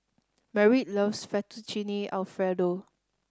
Merritt loves Fettuccine Alfredo